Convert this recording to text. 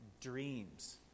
dreams